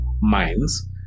minds